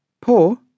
Poor